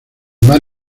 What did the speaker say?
mar